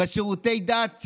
בשירותי הדת.